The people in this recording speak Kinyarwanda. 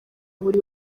buri